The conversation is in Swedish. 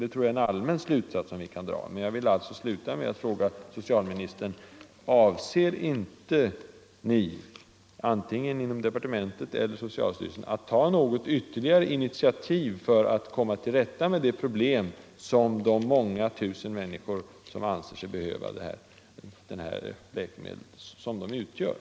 Det tror jag är en allmän slutsats som man kan dra. Jag vill alltså sluta mitt anförande med att fråga socialministern: Avser ni inte att — antingen inom departementet eller inom socialstyrelsen — ta något ytterligare initiativ för att komma till rätta med probelmet med de många tusen människor, som anser sig behöva de här läkemedlen?